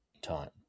time